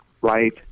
right